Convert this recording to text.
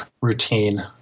routine